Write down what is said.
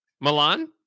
Milan